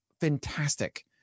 Fantastic